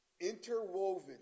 interwoven